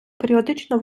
періодично